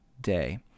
day